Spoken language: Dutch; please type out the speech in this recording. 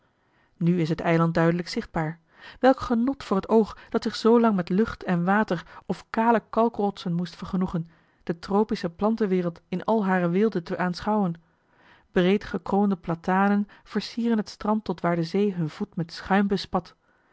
nu is het eiland duidelijk zichtbaar welk genot voor het oog dat zich zoolang met lucht en water of kale kalkrotsen moest vergenoegen de tropische plantenwereld in al hare weelde te aanschouwen breed gekroonde platanen versieren het strand tot waar de zee hun voet met schuim bespat